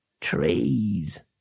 trees